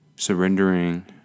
Surrendering